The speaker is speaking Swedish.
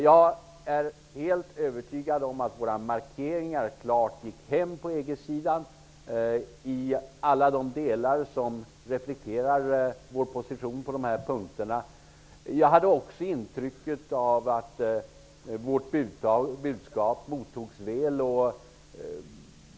Jag är helt övertygad om att våra markeringar klart gick hem på EG-sidan i alla de delar som reflekterar vår position i dessa punkter. Jag hade också intrycket av att vårt budskap mottogs väl.